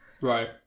Right